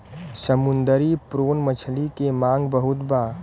समुंदरी प्रोन मछली के मांग बहुत बा